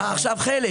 אה, עכשיו חלק.